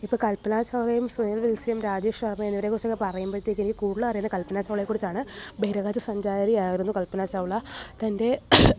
ഇപ്പം കല്പന ചൗളയും സുനിൽ വിൽസ്യം രാജേഷ് ശർമ്മ എന്നിവരെക്കുറിച്ചൊക്കെ പറയുമ്പോഴത്തേക്ക് എനിക്ക് കൂടുതൽ അറിയാവുന്നത് കല്പന ചൗളയെ കുറിച്ചാണ് ബഹിരാകാശ സഞ്ചാരിയായിരുന്നു കല്പന ചൗള തൻറെ